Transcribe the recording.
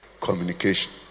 communication